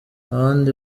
abandi